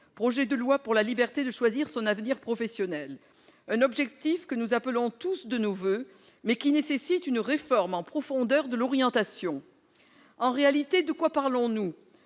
projet de loi pour la liberté de choisir son avenir professionnel, voilà un objectif que nous appelons tous de nos voeux, mais qui nécessite une réforme en profondeur de l'orientation. En réalité, de quoi parlons-nous ?